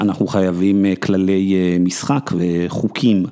אנחנו חייבים כללי משחק וחוקים.